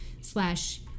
slash